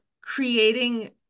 creating